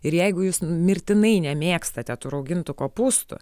ir jeigu jūs mirtinai nemėgstate tų raugintų kopūstų